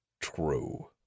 true